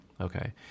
Okay